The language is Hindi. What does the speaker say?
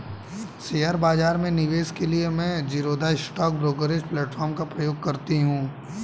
शेयर बाजार में निवेश के लिए मैं ज़ीरोधा स्टॉक ब्रोकरेज प्लेटफार्म का प्रयोग करती हूँ